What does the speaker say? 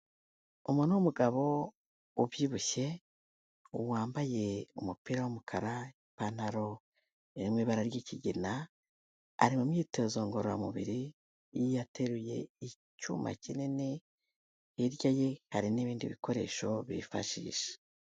Umuntu w'umugabo ubyibushye wambaye umupira w'umukara, ipantaro iri mu ibara ry'ikigina ari mu myitozo ngororamubiri yateruye icyuma kinini, hirya ye hari n'ibindi bikoresho bifashisha.